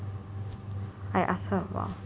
I ask her bah